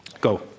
Go